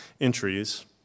entries